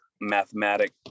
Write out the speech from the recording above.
mathematic